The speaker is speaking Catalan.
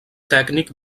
tècnic